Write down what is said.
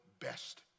best